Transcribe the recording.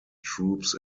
troops